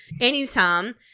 anytime